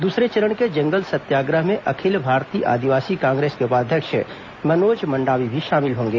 दूसरे चरण के जंगल सत्याग्रह में अखिल भारतीय आदिवासी कांग्रेस को उपाध्यक्ष मनोज मंडावी भी शामिल होंगे